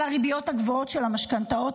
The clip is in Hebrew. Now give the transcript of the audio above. על הריביות הגבוהות של המשכנתאות,